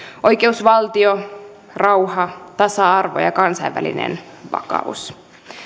oikeusvaltio rauha tasa arvo ja kansainvälinen vakaus